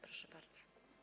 Proszę bardzo.